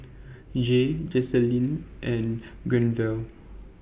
Jaye Joselin and Granville